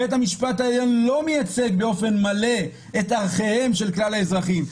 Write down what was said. בית המשפט העליון לא מייצג באופן מלא את ערכיהם של כלל האזרחים.